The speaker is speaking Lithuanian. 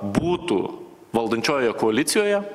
būtų valdančiojoje koalicijoje